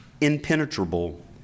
impenetrable